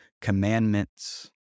commandments